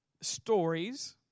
stories